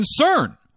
concern